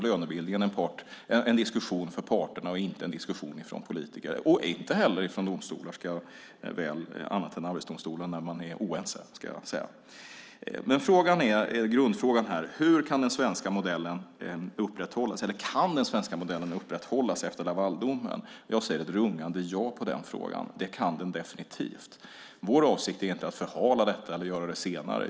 Lönebildningen är en diskussion för parterna och inte en diskussion för politiker, och inte heller en diskussion för domstolar annat än för Arbetsdomstolen när man är oense. Grundfrågan är: Hur kan den svenska modellen upprätthållas, eller kan den svenska modellen upprätthållas efter Lavaldomen? Jag säger ett rungande ja på den frågan. Det kan den definitivt. Vår avsikt är inte att förhala detta eller göra det senare.